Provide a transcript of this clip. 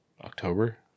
October